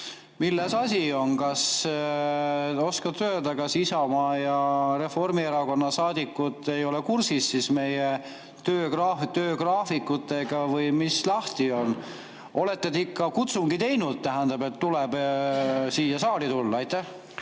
Milles asi on? Kas sa oskad öelda, kas Isamaa ja Reformierakonna saadikud ei ole kursis meie töögraafikutega või mis lahti on? Olete te ikka kutsungi teinud, mis tähendab, et tuleb siia saali tulla? Ma